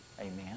Amen